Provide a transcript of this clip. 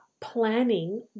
planning